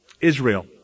Israel